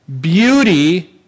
beauty